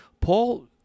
Paul